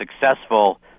successful